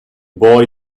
boy